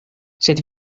sed